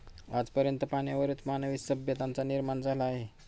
आज पर्यंत पाण्यावरच मानवी सभ्यतांचा निर्माण झाला आहे